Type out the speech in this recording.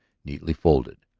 neatly folded.